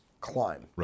climb